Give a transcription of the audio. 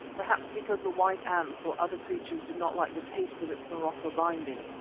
perhaps because the white ants or other creatures did not like the taste of its morocco binding,